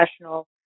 professional